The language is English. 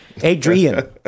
Adrian